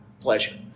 pleasure